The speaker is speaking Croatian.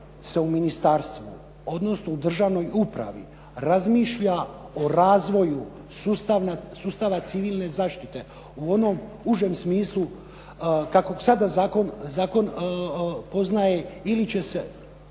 u ministarstvu, odnosno u državnoj upravi razmišlja o razvoju sustava civilne zaštite u onom užem smislu kakvog sada zakon poznaje ili će se